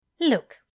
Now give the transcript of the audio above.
Look